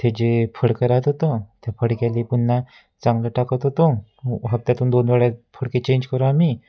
त जे फडकं राहत होतं ते फडक्याला पुन्हा चांगलं टाकत होतो हप्त्यातून दोन वेळा फडके चेंज करू आम्ही